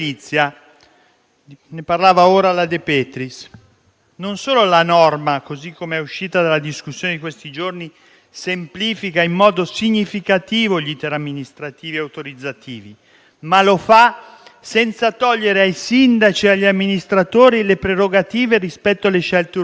ora la collega De Petris - non solo la norma, così com'è uscita dalla discussione di questi giorni, semplifica in modo significativo gli *iter* amministrativi e autorizzativi, ma lo fa senza togliere ai sindaci e agli amministratori le prerogative rispetto alle scelte urbanistiche.